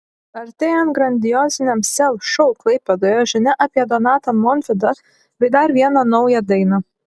artėjant grandioziniam sel šou klaipėdoje žinia apie donatą montvydą bei dar vieną naują dainą